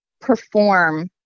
perform